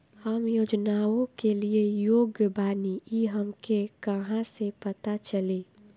हम योजनाओ के लिए योग्य बानी ई हमके कहाँसे पता चली?